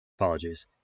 Apologies